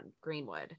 Greenwood